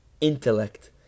intellect